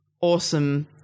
awesome